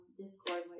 discord